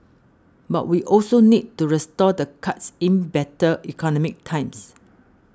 but we also need to restore the cuts in better economic times